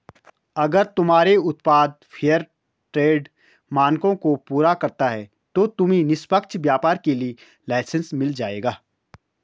अगर तुम्हारे उत्पाद फेयरट्रेड मानकों को पूरा करता है तो तुम्हें निष्पक्ष व्यापार के लिए लाइसेन्स मिल जाएगा